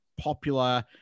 popular